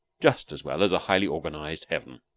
just as well as a highly organized heaven.